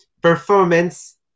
performance